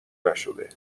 نشده